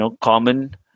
common